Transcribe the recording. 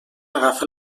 agafa